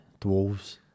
Dwarves